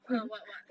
ah what what